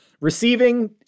receiving